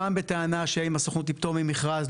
פעם בטענה שאם הסוכנות היא פטור ממכרז,